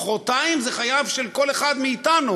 מחרתיים זה חייו של כל אחד מאתנו,